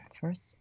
First